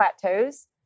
plateaus